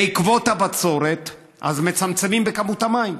בעקבות הבצורת מצמצמים בכמות המים.